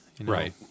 Right